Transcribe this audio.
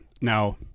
now